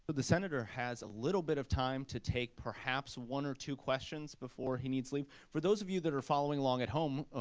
the senator has a little bit of time to take perhaps one or two questions before he needs to leave. for those of you that are following along at home,